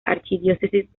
archidiócesis